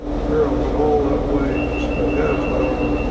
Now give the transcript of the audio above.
here i went all that way, spent half an hour.